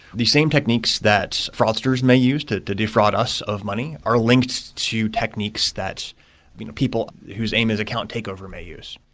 the same techniques that fraudsters may use to to defraud us of money are links to techniques that people whose aim is account takeover may use.